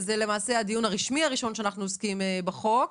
זה למעשה הדיון הרשמי הראשון שאנחנו עוסקים בחוק.